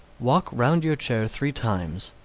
walk round your chair three times,